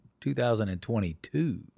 2022